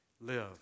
Live